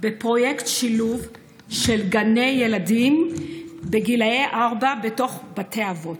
בפרויקט שילוב של גני ילדים לגיל ארבע בתוך בתי אבות.